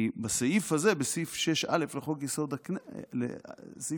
כי בסעיף הזה, בסעיף 6א לחוק-יסוד: הכנסת,